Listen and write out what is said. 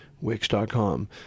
Wix.com